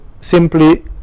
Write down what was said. simply